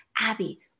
Abby